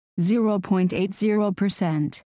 0.80%